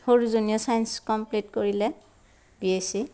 সৰুজনীয়ে science complete কৰিলে B S C